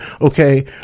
okay